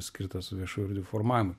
skirtas viešų erdvių formavimui